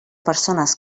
persones